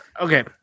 okay